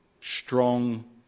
Strong